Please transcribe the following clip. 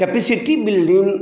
capacity building